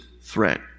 threat